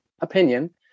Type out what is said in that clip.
opinion